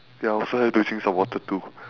wait I also have to drink some water too